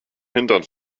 hintern